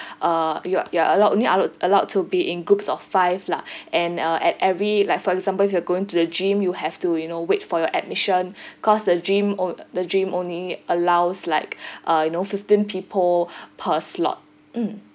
uh you are you are allowed only allo~ allowed to be in groups of five lah and uh at every like for example if you are going to the gym you have to you know wait for your admission cause the gym on~ the gym only allows like uh you know fifteen people per slot mm